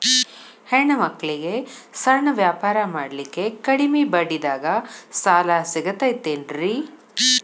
ಹೆಣ್ಣ ಮಕ್ಕಳಿಗೆ ಸಣ್ಣ ವ್ಯಾಪಾರ ಮಾಡ್ಲಿಕ್ಕೆ ಕಡಿಮಿ ಬಡ್ಡಿದಾಗ ಸಾಲ ಸಿಗತೈತೇನ್ರಿ?